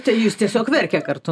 tai jis tiesiog verkia kartu